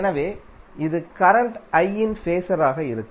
எனவே இது current I இன் ஃபேஸர் ஆக இருக்கும்